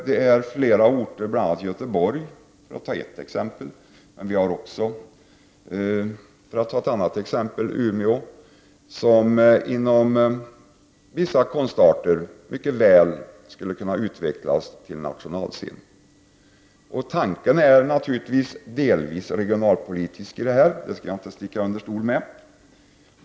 Vi har t.ex. såväl Göteborg som Umeå, där vissa konstarter mycket väl skulle kunna utvecklas och utövas på en nationalscen. Jag skall inte sticka under stol med att det naturligtvis finns en regionalpolitisk tanke bakom detta.